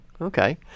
okay